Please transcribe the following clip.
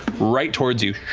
right towards you